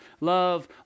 love